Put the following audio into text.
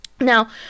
Now